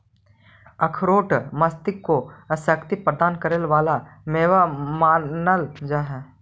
अखरोट मस्तिष्क को शक्ति प्रदान करे वाला मेवा मानल जा हई